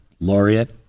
laureate